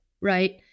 right